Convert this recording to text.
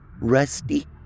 Rusty